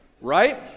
Right